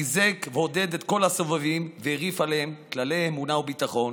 חיזק ועודד את כל הסובבים והרעיף עליהם כללי אמונה וביטחון.